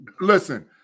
Listen